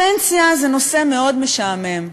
הפנסיה זה נושא מאוד משעמם.